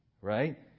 right